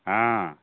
हँ